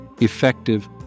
effective